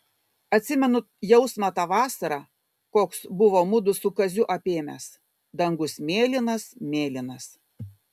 atsimenu jausmą tą vasarą koks buvo mudu su kaziu apėmęs dangus mėlynas mėlynas